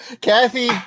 Kathy